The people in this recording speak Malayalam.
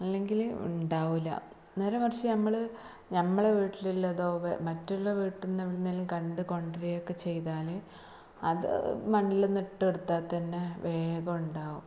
അല്ലെങ്കില് ഉണ്ടാവില്ല നേരെ മറിച്ച് നമ്മള് നമ്മളെ വീട്ടിലുള്ളതോ മറ്റുള്ള വീട്ടില്നിന്ന് എവിട്ന്നേലും കണ്ടു കൊണ്ടുവരികയോ ഒക്കെ ചെയ്താല് അത് മണ്ണില് നട്ടുകൊടുത്താല് തന്നെ വേഗം ഉണ്ടാവും